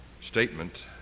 statement